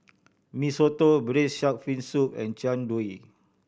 Mee Soto Braised Shark Fin Soup and Jian Dui